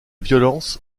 violences